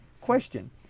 Question